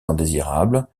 indésirables